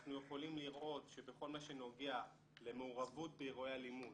אנחנו יכולים לראות שבכל מה שנוגע למעורבות באירועי אלימות,